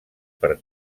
per